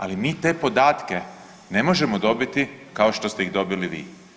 Ali mi te podatke ne možemo dobiti kao što ste ih dobili vi.